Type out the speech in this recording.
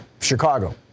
chicago